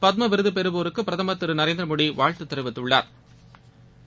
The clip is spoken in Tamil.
பத்ம விருது பெறுவோருக்கு பிரதமா் திரு நரேந்திர மோடி வாழ்த்து தெரிவித்துள்ளாா்